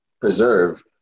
preserve